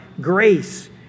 grace